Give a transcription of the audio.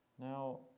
Now